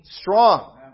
strong